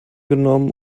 genommen